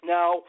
Now